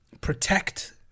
protect